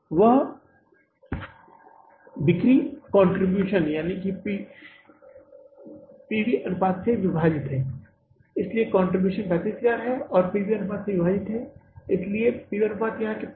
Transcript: वह बिक्री contribution P V अनुपात से विभाजित है इसलिए कंट्रीब्यूशन 35000 है और P V अनुपात से विभाजित है इसलिए P V अनुपात यहाँ कितना है